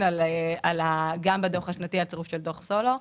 גם בדוח השנתי על צירוף של דוח סולו.